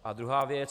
A druhá věc.